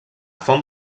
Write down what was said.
font